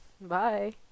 bye